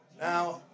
Now